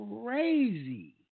crazy